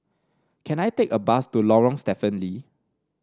can I take a bus to Lorong Stephen Lee